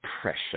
pressure